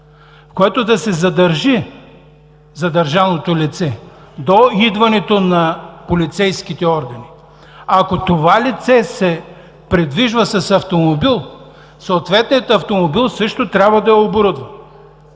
което да се задържи задържаното лице до идването на полицейските органи. Ако това лице се придвижва с автомобил, съответният автомобил също трябва да е оборудван.